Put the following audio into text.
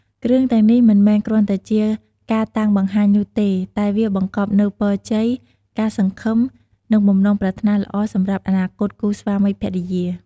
គ្រឿងទាំងនេះមិនមែនគ្រាន់តែជាការតាំងបង្ហាញនោះទេ តែវាបង្កប់នូវពរជ័យ ការសង្ឃឹម និងបំណងប្រាថ្នាល្អសម្រាប់អនាគតគូស្វាមីភរិយា។